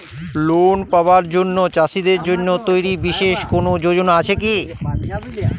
Loan পাবার জন্য চাষীদের জন্য তৈরি বিশেষ কোনো যোজনা আছে কি?